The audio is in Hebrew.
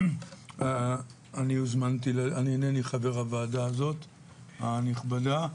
אני אינני חבר הוועדה הזאת הנכבדה.